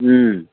ꯎꯝ